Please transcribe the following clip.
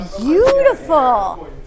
beautiful